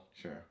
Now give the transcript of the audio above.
Sure